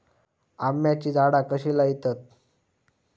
आम्याची झाडा कशी लयतत?